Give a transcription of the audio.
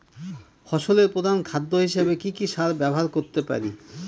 ফসলের প্রধান খাদ্য হিসেবে কি কি সার ব্যবহার করতে পারি?